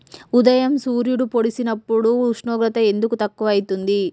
ఉదయం సూర్యుడు పొడిసినప్పుడు ఉష్ణోగ్రత ఎందుకు తక్కువ ఐతుంది?